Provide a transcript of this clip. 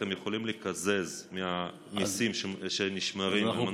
אתם יכולים לקזז מהמיסים שנשמרים לטובת נפגעי טרור?